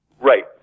Right